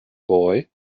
boy